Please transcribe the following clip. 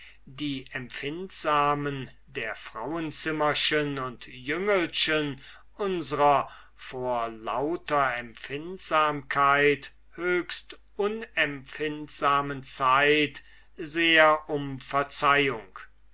die empfindsamen frauenzimmerchen und jüngelchen unsrer von lauter empfindsamkeit höchst unempfindsamen zeit sehr um verzeihung